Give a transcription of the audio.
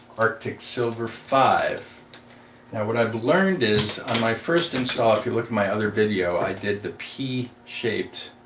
arctic silver five now what i've learned is on my first install if you look at my other video. i did the p shaped